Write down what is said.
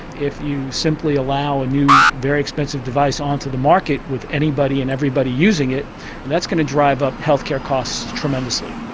if you simply allow a new, very expensive device on to the market with anybody and everybody using it that's going to drive up health care costs tremendously.